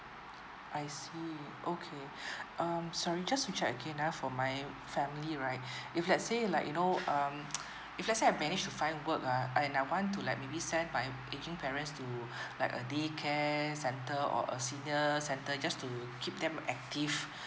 I see okay um sorry just to check again uh for my family right if let's say uh like you know um if let's say I managed to find work uh and I want to like maybe send my aging parents to like a daycare centre or a senior centre just to keep them active